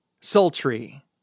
Sultry